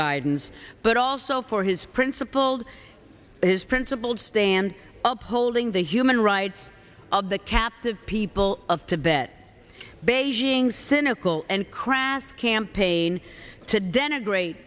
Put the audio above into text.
guidance but also for his principled his principled stand up holding the hue in right of the captive people of tibet beijing cynical and crass campaign to denigrate